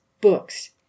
books